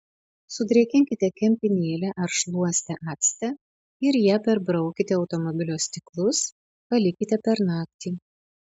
sudrėkinkite kempinėlę ar šluostę acte ir ja perbraukite automobilio stiklus palikite per naktį